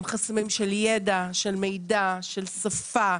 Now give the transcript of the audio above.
הם חסמים של ידע, של מידע, של שפה.